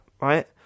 right